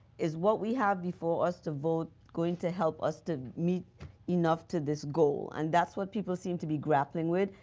is what we have before us to vote going to help us to meet enough to this goal. and that's what people seem to be grappling with.